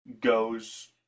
goes